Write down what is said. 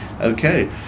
Okay